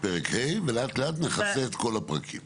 ופרק ה', ולאט-לאט נכסה את כל הפרקים.